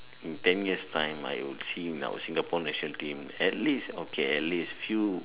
in ten year's time I will see in our Singapore national team at least okay at least few